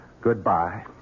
Goodbye